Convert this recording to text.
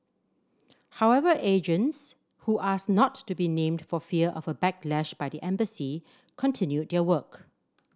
however agents who asked not to be named for fear of a backlash by the embassy continued their work